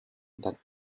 that